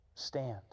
stand